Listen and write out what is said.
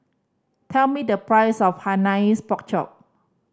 tell me the price of Hainanese Pork Chop